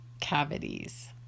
cavities